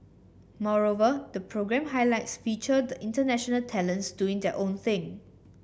moreover the programme highlights featured the international talents doing their own thing